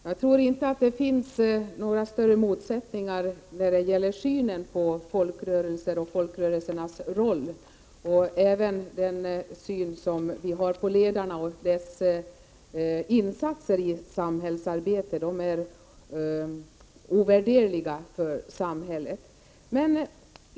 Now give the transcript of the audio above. Herr talman! Jag tror inte att det finns några större motsättningar när det gäller synen på folkrörelser och folkrörelsernas roll och när det gäller synen på ledarna och deras insatser i samhällsarbetet. De är ovärderliga för samhället.